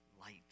light